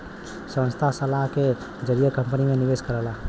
संस्था सलाह के जरिए कंपनी में निवेश करला